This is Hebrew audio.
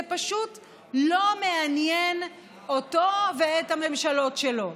זה פשוט לא מעניין אותו ואת הממשלות שלו.